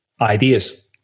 ideas